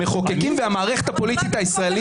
המחוקקים והמערכת הפוליטית הישראלית